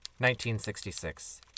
1966